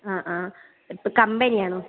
ആ ആ ഇപ്പം കമ്പനി ആണോ